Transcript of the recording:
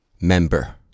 member